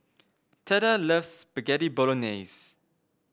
Theda loves Spaghetti Bolognese